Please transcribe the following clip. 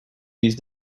used